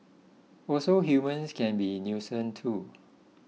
also humans can be nuisance too